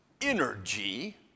energy